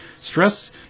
stress